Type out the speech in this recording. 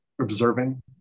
observing